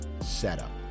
setup